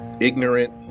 ignorant